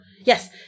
yes